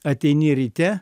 ateini ryte